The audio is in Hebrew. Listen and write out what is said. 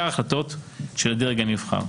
החלטות של הדרג הנבחר.